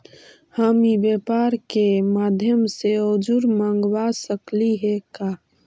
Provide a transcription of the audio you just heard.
हम ई व्यापार के माध्यम से औजर मँगवा सकली हे का?